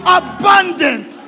abundant